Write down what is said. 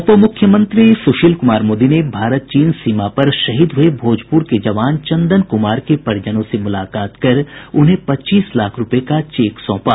उप मुख्यमंत्री सुशील कुमार मोदी ने भारत चीन सीमा पर शहीद हुये भोजपुर के जवान चंदन कुमार के परिजनों से मुलाकात कर उन्हें पच्चीस लाख रूपये का चेक सौंपा